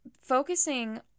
Focusing